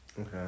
Okay